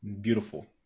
Beautiful